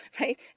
right